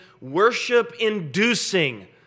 worship-inducing